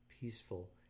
peaceful